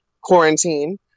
quarantine